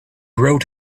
wrote